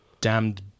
damned